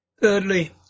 Thirdly